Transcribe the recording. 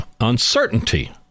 uncertainty